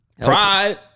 Pride